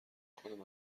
کنم